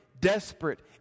desperate